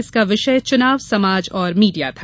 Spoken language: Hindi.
इसका विषय चुनाव समाज और मीडिया था